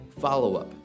Follow-up